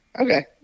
Okay